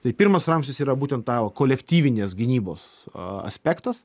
tai pirmas ramstis yra būtent ta kolektyvinės gynybos aspektas